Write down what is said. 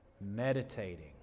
meditating